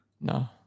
no